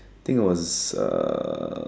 I think it was uh